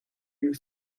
you